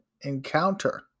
encounter